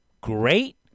great